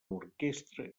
orquestra